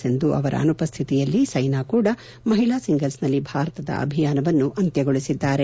ಸಿಂಧು ಅವರ ಅನುಪಸ್ಥಿತಿಯಲ್ಲಿ ಸ್ಟೆನಾ ಕೂಡಾ ಮಹಿಳಾ ಸಿಂಗಲ್ಸ್ನಲ್ಲಿ ಭಾರತದ ಅಭಿಯಾನವನ್ನು ಅಂತ್ಯಗೊಳಿಸಿದ್ದಾರೆ